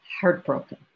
heartbroken